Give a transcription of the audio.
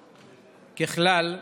ככלל,